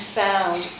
found